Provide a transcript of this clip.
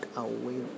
away